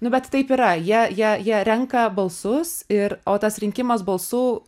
nu bet taip yra jie jie jie renka balsus ir o tas rinkimas balsų